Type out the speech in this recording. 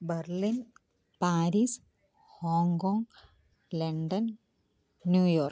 Berlin Paris Hong Kong London New York